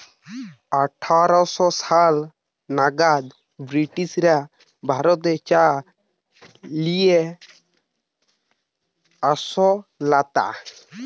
আঠার শ সাল নাগাদ ব্রিটিশরা ভারতে চা লেই আসতালা